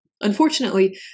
Unfortunately